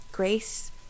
Grace